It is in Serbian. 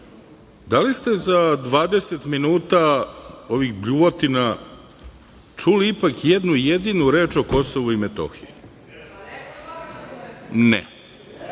li ste za 20 minuta ovih bljuvotina čuli ipak jednu jedinu reč o Kosovu i Metohiji?